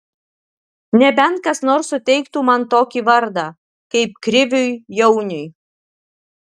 nebent kas nors suteiktų man tokį vardą kaip kriviui jauniui